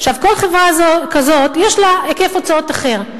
כל חברה כזו יש לה היקף הוצאות אחר.